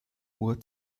uhr